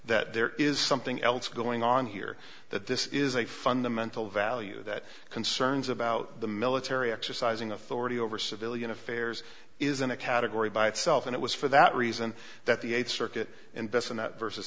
that there is something else going on here that this is a fundamental value that concerns about the military exercising authority over civilian affairs is in a category by itself and it was for that reason that the eight circuit invest in that versus